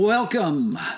Welcome